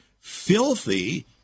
filthy